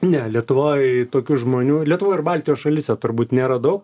ne lietuvoj tokių žmonių lietuvoj ir baltijos šalyse turbūt nėra daug